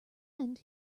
end